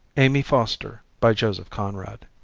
amy foster by joseph conrad